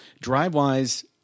Drivewise